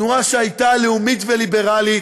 תנועה שהייתה לאומית וליברלית,